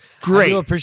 great